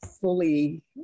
fully